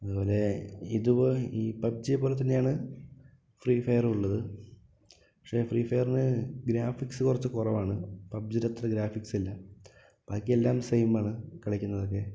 അതുപോലെ ഈ പബ്ജി പോലെ തന്നെയാണ് ഫ്രീ ഫയറു ഉള്ളത് പക്ഷേ ഫ്രീ ഫയറിന് ഗ്രാഫിക്സ് കുറച്ച് കുറവാണ് പബ്ജിയുടെ അത്ര ഗ്രാഫിക്സില്ല ബാക്കിയെല്ലാം സെയിമാണ് കളിക്കുന്നതൊക്കെ